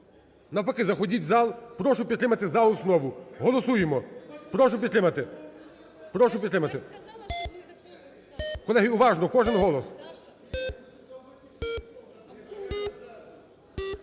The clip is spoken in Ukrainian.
Навпаки, заходіть у зал. Прошу підтримати за основу. Голосуємо. Прошу підтримати. Прошу підтримати. Колеги, уважно, кожен голос.